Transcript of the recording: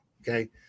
Okay